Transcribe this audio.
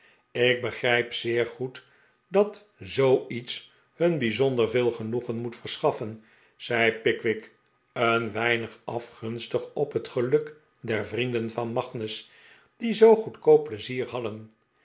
ik begrijp zeer goed dat zoo iets hun bijzonder veel genoegen moet verschaffen zei pickwick een weinig afgunstig op het geluk der vrienden van magnus die zoo goedkoop pleizier hadden